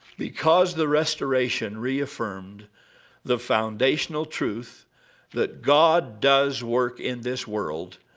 because the restoration reaffirmed the foundational truth that god does work in this world,